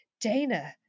Dana